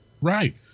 Right